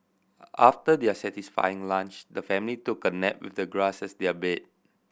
after their satisfying lunch the family took a nap with the grass as their bed